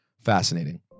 fascinating